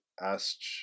asked